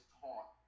taught